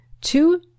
Two